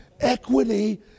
equity